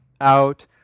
Out